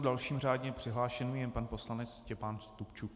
Dalším řádně přihlášeným je pan poslanec Štěpán Stupčuk.